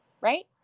right